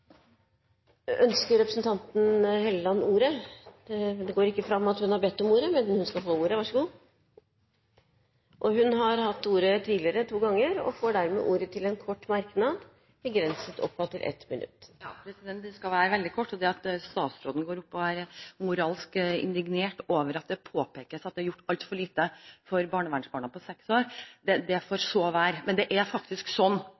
Representanten Linda C. Hofstad Helleland har hatt ordet to ganger tidligere og får ordet til en kort merknad, begrenset til 1 minutt. Den skal være veldig kort. Det at statsråden går opp her og er moralsk indignert over at det påpekes at det er gjort altfor lite for barnevernsbarna i løpet av seks år, får så være, men det er faktisk sånn